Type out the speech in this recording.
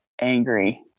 angry